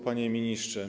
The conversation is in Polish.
Panie Ministrze!